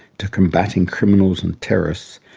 to combatting criminals and terrorists,